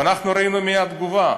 ואנחנו ראינו מייד תגובה.